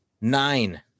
Nine